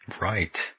Right